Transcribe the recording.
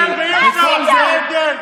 אתה רק מדבר והיא עושה, זה ההבדל.